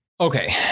Okay